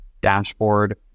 dashboard